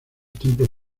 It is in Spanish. templos